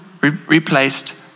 replaced